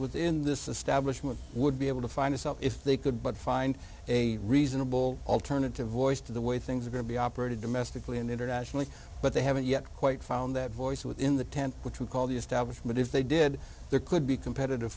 within this establishment would be able to find itself if they could but find a reasonable alternative voice to the way things are going to be operated domestically and internationally but they haven't yet quite found that voice within the tent which we call the establishment if they did there could be competitive